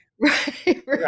Right